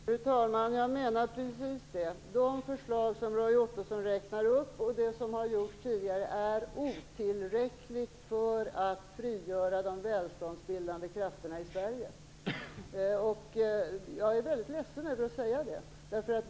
Fru talman! Jag menar precis det. De förslag som Roy Ottosson räknar upp är otillräckliga för att frigöra de välståndsbildande krafterna i Sverige. Jag är väldigt ledsen över att behöva säga det.